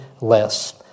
less